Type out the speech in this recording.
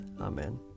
Amen